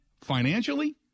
financially